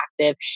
active